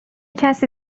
کسی